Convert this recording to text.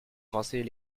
avancer